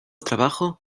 trabajo